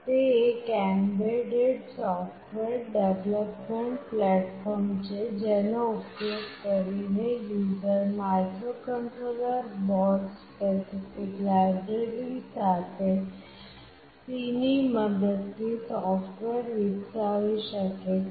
તે એક embedded software development platform છે જેનો ઉપયોગ કરીને user microcontroller board specific library સાથે C ની મદદથી સોફ્ટવૅર વિકસાવી શકે છે